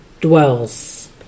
dwells